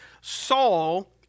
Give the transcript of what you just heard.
Saul